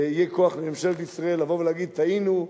יהיה כוח לממשלת ישראל לבוא ולהגיד: טעינו,